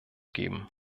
geben